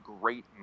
great